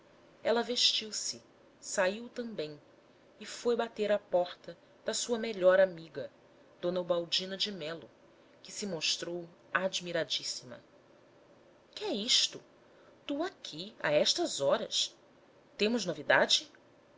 ela vestiu-se saiu também e foi bater à porta da sua melhor amiga d ubaldina de meio que se mostrou admiradíssima que é isto tu aqui a estas horas temos novidade